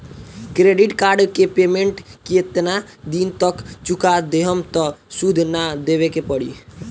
Credit card के payment केतना दिन तक चुका देहम त सूद ना देवे के पड़ी?